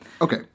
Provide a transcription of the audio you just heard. Okay